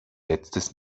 letztes